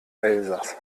elsaß